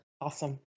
Awesome